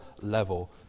level